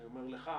אני אומר לך,